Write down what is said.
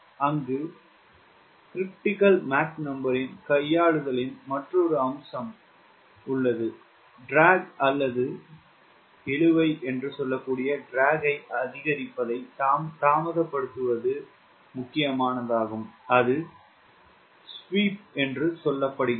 அங்கு உள்ளது Mcr கையாளுதலின் மற்றொரு அம்சம் drag அல்லது இழுவை அதிகரிப்பதை தாமதப்படுத்துவது அது ஸ்வீப் என்று அழைக்கப்படுகிறது